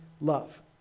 love